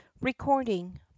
Recording